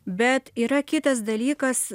bet yra kitas dalykas